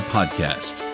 Podcast